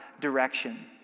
direction